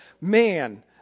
man